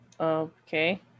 Okay